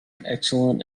excellent